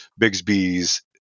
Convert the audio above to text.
Bigsby's